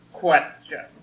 Question